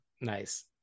nice